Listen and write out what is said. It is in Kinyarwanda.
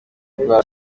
kurwara